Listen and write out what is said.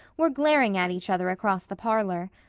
were glaring at each other across the parlor.